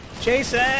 Jason